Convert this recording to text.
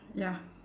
ya